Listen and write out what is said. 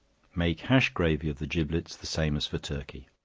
make hash gravy of the giblets the same as for turkey.